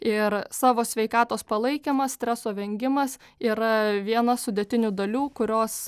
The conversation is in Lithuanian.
ir savo sveikatos palaikymas streso vengimas yra viena sudėtinių dalių kurios